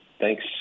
thanks